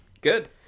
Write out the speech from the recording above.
Good